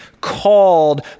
called